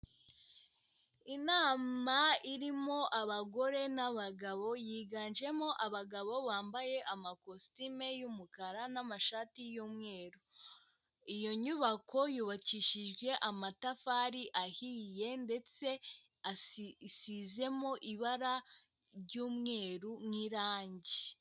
Inama irimo abagore n'abagabo yiganjemo abagabo bambaye amakositime y'umukara n'amashati y'umweru. Iyo nyubako nyubako yubakishijwe amatafari ahiye ndetse isizemo ibara ry'umweru nk'irangi.